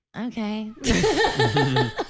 okay